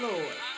Lord